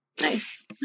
Nice